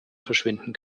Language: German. verschwinden